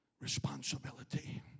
responsibility